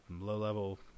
low-level